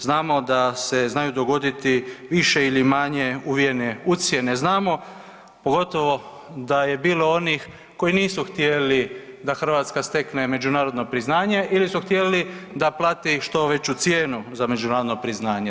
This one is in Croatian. Znamo da se znaju dogoditi više ili manje uvijene ucjene, znamo, pogotovo da je bilo onih koji nisu htjeli da Hrvatska stekne međunarodno priznanje ili su htjeli da plati što veću cijenu za međunarodno priznanje.